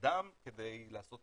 אדם כדי לעשות